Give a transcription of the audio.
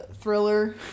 thriller